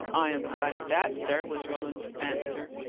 i am glad of that, sir, was roland's answer.